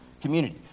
community